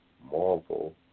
Marvel